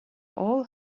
all